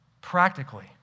Practically